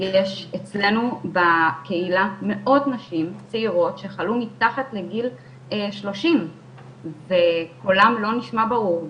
מצטרפת למילים של סיגל רצין ושל חברותי פה כל החשיבות של המודעות,